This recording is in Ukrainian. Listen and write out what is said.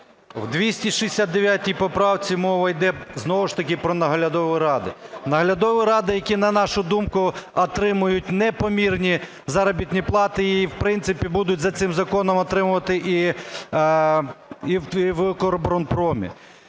В 269 поправці мова іде, знову ж таки, про наглядові ради. Наглядові ради, які, на нашу думку, отримують непомірні заробітні плати і, в принципі, будуть за цим законом отримувати і в "Укроборонпромі".